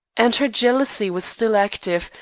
and her jealousy was still active,